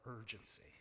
urgency